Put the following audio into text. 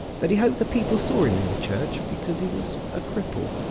that he hoped the people saw him in the church, because he was a cripple,